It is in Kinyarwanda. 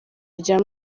rya